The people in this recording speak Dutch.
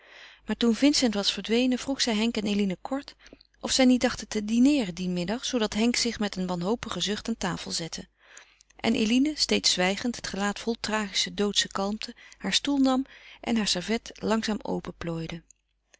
maar toen vincent was verdwenen vroeg zij henk en eline kort of zij niet dachten te dineeren dien middag zoodat henk zich met een wanhopigen zucht aan tafel zette en eline steeds zwijgend het gelaat vol tragische doodsche kalmte haar stoel nam en haar servet langzaam